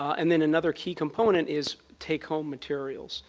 and then another key component is takehome materials.